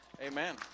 Amen